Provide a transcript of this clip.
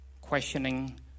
questioning